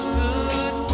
good